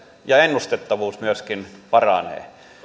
ja myöskin ennustettavuus paranee